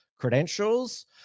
credentials